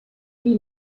qui